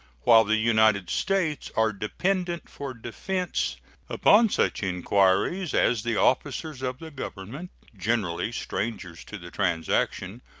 while the united states are dependent for defense upon such inquiries as the officers of the government, generally strangers to the transaction,